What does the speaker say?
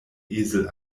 esel